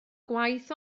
gwaith